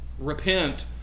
Repent